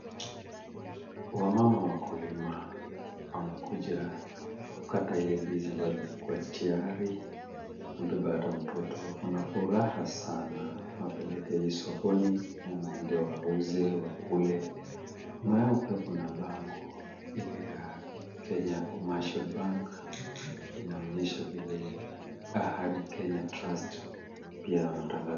Wamama wakulima wamekuja kukata ile ndizi ambayo imekuwa tayari wamebeba hata mtoto, wako na furaha sana wapeleke hii sokoni ama waende wauze wakule. Nyuma yao pia kuna bango ile ya Kenya Commercial Bank inaonyesha vile Ahadi Kenya Trust pia wanatangaza.